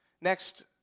Next